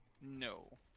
No